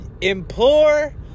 implore